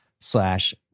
slash